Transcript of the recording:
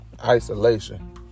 isolation